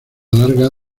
larga